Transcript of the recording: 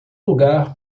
lugar